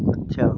अच्छा